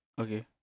Okay